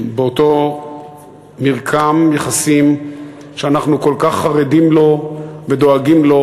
באותו מרקם יחסים שאנחנו כל כך חרדים לו ודואגים לו,